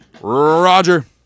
Roger